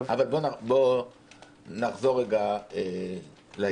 בוא נחזור רגע לעניין הזה.